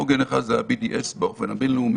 עוגן אחד זה ה-BDS באופן הבין-לאומי,